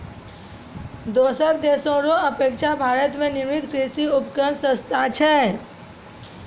दोसर देशो रो अपेक्षा भारत मे निर्मित कृर्षि उपकरण सस्ता छै